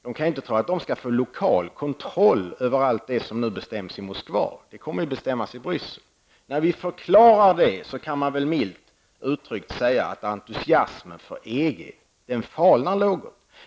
De kan inte tro att de skall få lokal kontroll över allt det som nu bestäms i Moskva. Det kommer att bestämmas i Bryssel. När vi förklarar det, kan man milt uttryckt säga att entusiasmen för EG falnar något.